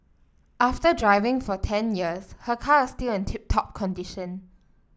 after driving for ten years her car is still in tip top condition